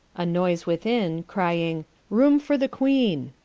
a noyse within crying roome for the queene,